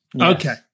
Okay